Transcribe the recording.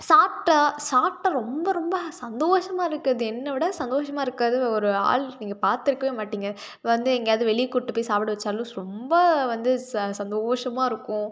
சாப்பிட்டா சாப்பிட்டா ரொம்ப ரொம்ப சந்தோஷமாக இருக்கிறது என்னை விட சந்தோஷமாக இருக்கிற ஒரு ஆள் நீங்கள் பார்த்துருக்கவே மாட்டிங்க வந்து எங்கேயாவது வெளியே கூட்டு போய் சாப்பிட வச்சாலும் ரொம்ப வந்து ச சந்தோஷமாக இருக்கும்